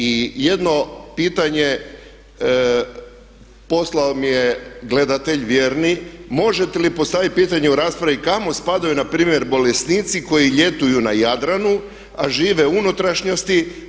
I jedno pitanje, poslao mi je gledatelj vjerni možete li postavit pitanje u raspravi kamo spadaju na primjer bolesnici koji ljetuju na Jadranu, a žive u unutrašnjosti.